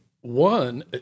one